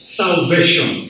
salvation